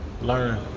Learn